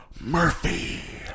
Murphy